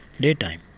daytime